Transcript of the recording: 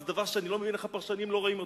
זה דבר שאני לא מבין איך הפרשנים לא רואים.